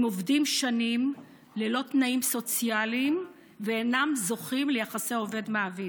הם עובדים שנים ללא תנאים סוציאליים ואינם זוכים ליחסי עובד מעביד.